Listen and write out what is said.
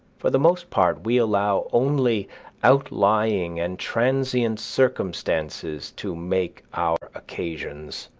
for the most part we allow only outlying and transient circumstances to make our occasions.